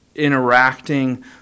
Interacting